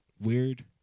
weird